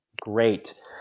great